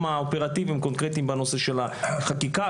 האופרטיביים הקונקרטיים בנושא החקיקה,